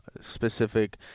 specific